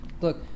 Look